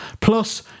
Plus